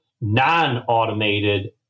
non-automated